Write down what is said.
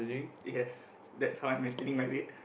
yes that's how I'm maintaining my weight